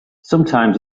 sometimes